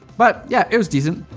but, yeah, it was decent.